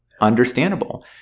Understandable